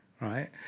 right